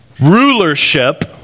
Rulership